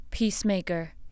Peacemaker